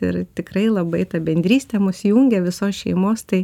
ir tikrai labai ta bendrystė mus jungia visos šeimos tai